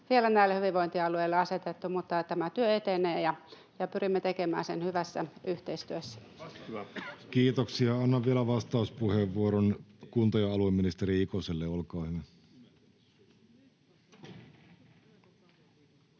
vielä näille hyvinvointialueille asetettu, mutta tämä työ etenee, ja pyrimme tekemään sen hyvässä yhteistyössä. Kiitoksia. — Annan vielä vastauspuheenvuoron kunta- ja alueministeri Ikoselle. Olkaa hyvä.